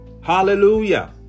Hallelujah